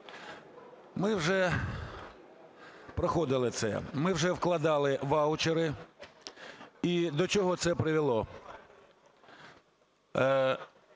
ми вже проходили це. Ми вже вкладали в ваучери, і до чого це привело?